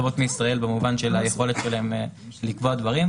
לא הרבה יותר טובות מישראל ביכולת שלהן לקבוע דברים.